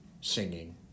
singing